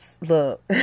Look